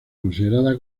considerada